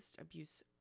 abuse